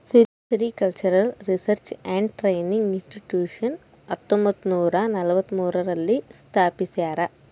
sericultural research and training institute ಹತ್ತೊಂಬತ್ತುನೂರ ನಲವತ್ಮೂರು ರಲ್ಲಿ ಸ್ಥಾಪಿಸ್ಯಾರ